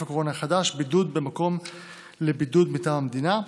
הקורונה החדש) (בידוד במקום לבידוד מטעם המדינה),